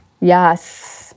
Yes